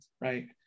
right